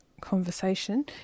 conversation